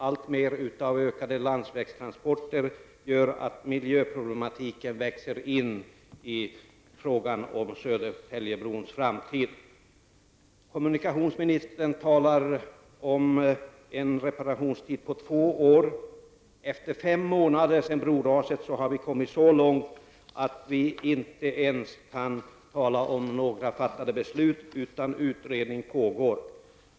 Alltmer av ökade landsvägstransporter gör att miljöproblematiken växer in i frågan om Kommunikationsministern talar om en reparationstid på två år. Fem månader efter broraset har vi inte ens kommit så långt att vi kan tala om några fattade beslut, utan bara konstatera att utredning pågår.